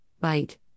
bite